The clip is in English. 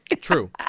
True